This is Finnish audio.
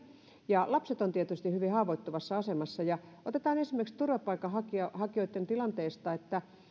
ja lapset ovat tietysti hyvin haavoittuvassa asemassa otetaan esimerkiksi turvapaikanhakijoitten tilanteesta se